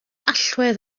allwedd